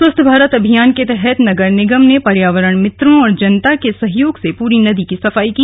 स्वच्छ भारत अभियान के तहत नगर निगम ने पर्यावरण मित्रों और जनता के सहयोग से पूरी नदी की सफाई की